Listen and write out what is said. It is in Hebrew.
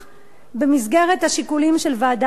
במסגרת השיקולים של ועדת ההיגוי.